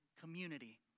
community